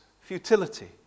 Futility